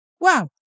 Wow